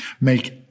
make